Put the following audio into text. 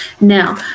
now